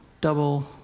double